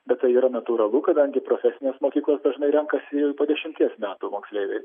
bet tai yra natūralu kadangi profesines mokyklas dažnai renkasi po dešimties metų moksleiviai